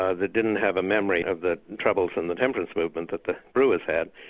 ah that didn't have a memory of the troubles from the temperance movement that the brewers had,